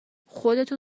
خودتون